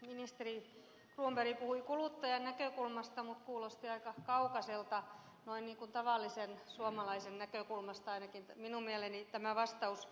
ministeri cronberg puhui kuluttajan näkökulmasta mutta kuulosti aika kaukaiselta noin niin kuin tavallisen suomalaisen näkökulmasta ainakin minun mielestäni tämä vastaus